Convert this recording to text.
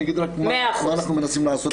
אני רק מה אנחנו מנסים לעשות.